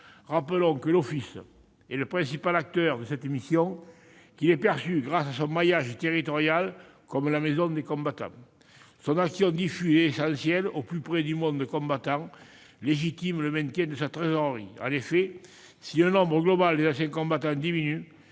Rappelons que l'Office est le principal acteur de cette mission et qu'il est perçu, grâce à son maillage territorial, comme la « maison des combattants ». Son action diffuse et essentielle au plus près du monde combattant légitime le maintien de sa trésorerie. En effet, si le nombre global des anciens combattants diminue,